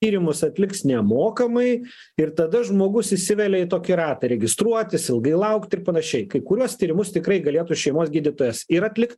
tyrimus atliks nemokamai ir tada žmogus įsivelia į tokį ratą registruotis ilgai laukti ir panašiai kai kuriuos tyrimus tikrai galėtų šeimos gydytojas ir atlikt